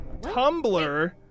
Tumblr